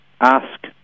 Ask